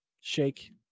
shake